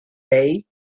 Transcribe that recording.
bay